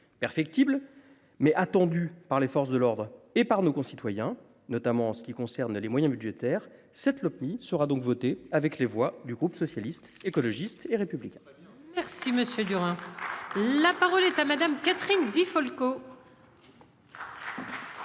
perfectibles mais attendues par les forces de l'ordre et par nos concitoyens, notamment en ce qui concerne les moyens budgétaires cette Lopmi sera donc votée avec les voix du groupe socialiste, écologiste et républicain.